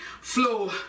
flow